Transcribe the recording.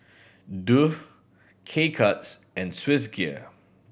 Doux K Cuts and Swissgear